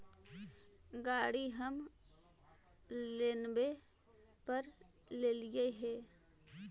गाड़ी हम लोनवे पर लेलिऐ हे?